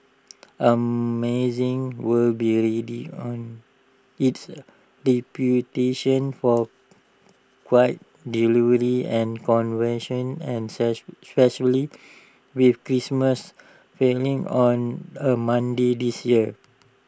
Amazon will on its reputation for quite delivery and convention and especially with Christmas failing on A Monday this year